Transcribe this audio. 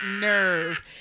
nerve